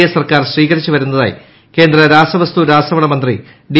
A സർക്കാർ സ്വീകരിച്ചു വരുന്നതായി കേന്ദ്ര രാസവസ്തു രാസവള മന്ത്രി ഡി